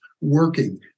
working